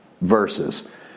verses